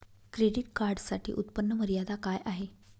Credit कार्डसाठी उत्त्पन्न मर्यादा काय आहे?